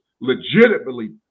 legitimately